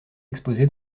exposé